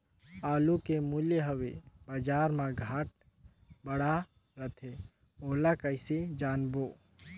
आलू के मूल्य हवे बजार मा घाट बढ़ा रथे ओला कइसे जानबो?